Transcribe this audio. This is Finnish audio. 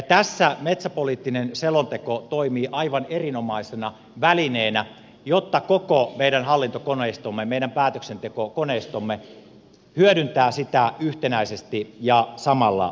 tässä metsäpoliittinen selonteko toimii aivan erinomaisena välineenä jotta koko meidän hallintokoneistomme meidän päätöksentekokoneistomme hyödyntää sitä yhtenäisesti ja samalla linjalla